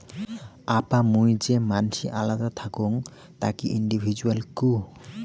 আপা মুই যে মানসি আল্দা থাকং তাকি ইন্ডিভিজুয়াল কুহ